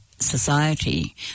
society